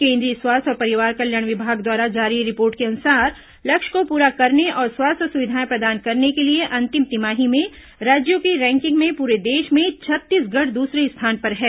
केन्द्रीय स्वास्थ्य और परिवार कल्याण विभाग द्वारा जारी रिपोर्ट के अनुसार लक्ष्य को पूरा करने और स्वास्थ्य सुविधाएं प्रदान करने के लिए अंतिम तिमाही में राज्यों की रैंकिंग में पूरे देश में छत्तीसगढ़ दूसरे स्थान पर है